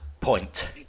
point